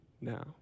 now